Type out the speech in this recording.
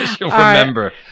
remember